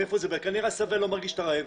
כנראה השבע לא מרגיש את הרעב.